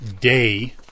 day